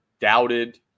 doubted